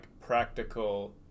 practical